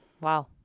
Wow